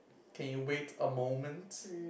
can you wait a moment